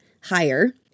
higher